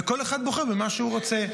וכל אחד בוחר במה שהוא רוצה.